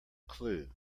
clue